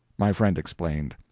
my friend explained.